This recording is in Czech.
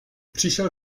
přišel